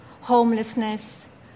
homelessness